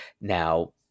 Now